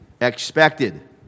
expected